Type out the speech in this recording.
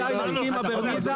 ודי לחכימה ברמיזה,